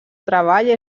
treball